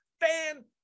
fan